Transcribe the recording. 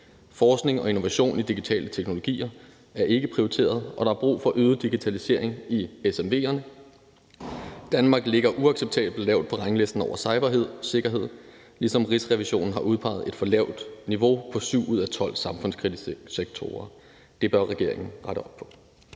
Forskning og innovation i digitale teknologier er ikke prioriteret, og der er brug for øget digitalisering i de små og mellemstore virksomheder. Danmark ligger uacceptabelt lavt på ranglisten over cybersikkerhed, ligesom Rigsrevisionen har udpeget et for lavt niveau i 7 ud af 12 samfundskritiske sektorer. Det bør regeringen rette op på.«